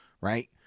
right